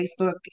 Facebook